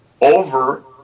over